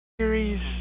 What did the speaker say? series